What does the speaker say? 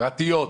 פרטיות.